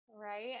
Right